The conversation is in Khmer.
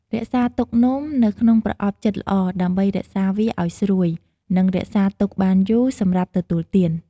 រក្សាទុកនំនៅក្នុងប្រអប់ជិតល្អ ដើម្បីរក្សាវាឱ្យស្រួយ និងរក្សាទុកបានយូរសម្រាប់ទទួលទាន។